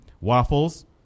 waffles